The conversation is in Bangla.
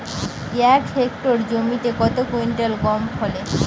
এক হেক্টর জমিতে কত কুইন্টাল গম ফলে?